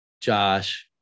Josh